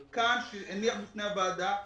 שמשרד הבריאות הניח בפני הוועדה.